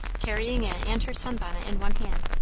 carrying it and her sun-bonnet in one hand,